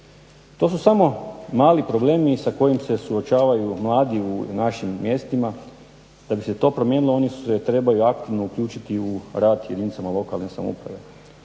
To su samo mali problemi sa kojim se suočavaju mladi u našim mjestima. Da bi se to promijenilo oni su se trebali aktivno uključiti u rad jedinicama lokalne samouprave.